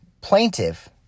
plaintiff